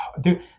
Dude